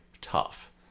tough